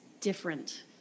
different